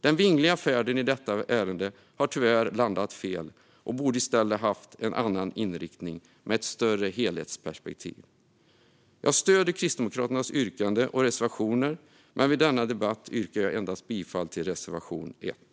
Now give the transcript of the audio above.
Den vingliga färden i detta ärende har tyvärr landat fel och borde i stället haft en annan inriktning med ett större helhetsperspektiv. Jag stöder Kristdemokraternas yrkande och reservationer, men i denna debatt yrkar jag bifall endast till reservation 1.